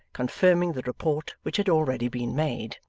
confirming the report which had already been made.